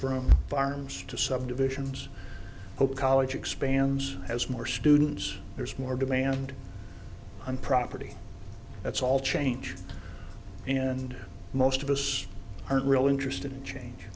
from farms to subdivisions college expands as more students there's more demand on property that's all change and most of us aren't really interested in change